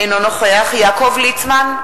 אינו נוכח יעקב ליצמן,